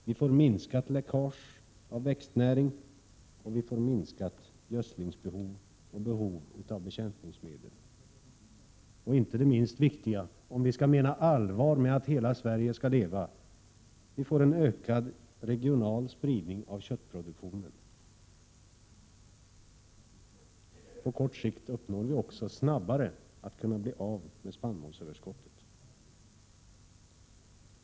Vi får minskat läckage av växtnäring och minskat gödselbehov samt minskat behov av bekämpningsmedel men inte minst viktigt — om vi menar allvar med att hela Sverige skall leva — en ökad regional spridning av köttproduktionen. På kort sikt blir vi också snabbare av med spannmålsöverskottet.